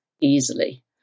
easily